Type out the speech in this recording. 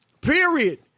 Period